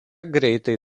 greitai